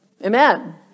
Amen